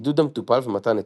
עידוד המטופל ומתן עצות,